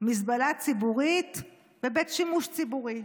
מזבלה ציבורית ובית שימוש ציבורי,